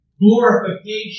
glorification